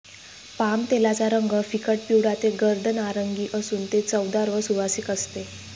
पामतेलाचा रंग फिकट पिवळा ते गर्द नारिंगी असून ते चवदार व सुवासिक असते